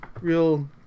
real